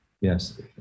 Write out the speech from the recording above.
Yes